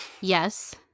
Yes